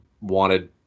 wanted